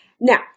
Now